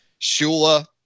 Shula